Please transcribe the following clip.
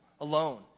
alone